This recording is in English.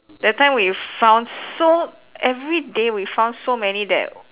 that time we found so every day we found so many that